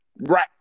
Right